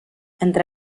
entre